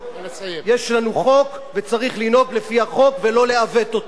יש לנו חוק, וצריך לנהוג לפי החוק ולא לעוות אותו.